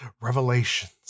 revelations